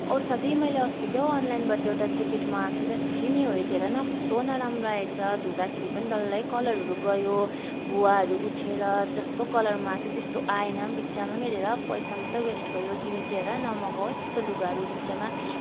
ओ साथी मैले अस्ति क्या हो अनलाइनबाट एउटा ज्याकेट मगाएको थिएँ र थिएँ नि हो त्यो हेर न कस्तो नराम्रो आएछ धुँदाखेरि पनि डल्लै कलरहरू गयो भुवाहरू उठेर जस्तो कलरमा आएको थियो त्यस्तो आएन बित्थामा हेरेर पैसा मात्र मात्र वेस्ट भयो तिमी चाहिँ हेर नमगाउ है त्यस्तो लुगाहरू बित्थामा